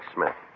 Smith